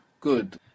Good